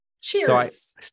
Cheers